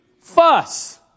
fuss